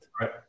Right